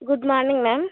good morning ma'am